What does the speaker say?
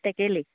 টেকেলি